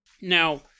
Now